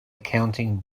accounting